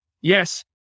Yes